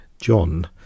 John